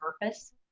purpose